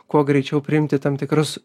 kuo greičiau priimti tam tikrus